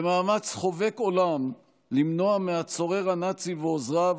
במאמץ חובק עולם למנוע מהצורר הנאצי ועוזריו